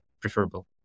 preferable